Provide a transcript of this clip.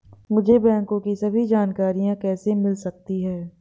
मुझे बैंकों की सभी जानकारियाँ कैसे मिल सकती हैं?